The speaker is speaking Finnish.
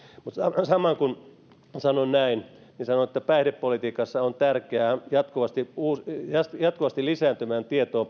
mutta samalla kun sanon näin sanon että päihdepolitiikassa on tärkeää pohjata päätöksentekoa jatkuvasti lisääntyvään tietoon